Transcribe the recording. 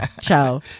ciao